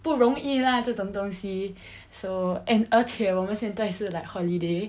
不容易 lah 这种东西 so and 而且我们现在是 like holiday